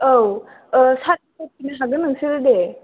औ थागोन नोंसोरो दे